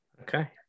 Okay